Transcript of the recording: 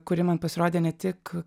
kuri man pasirodė ne tik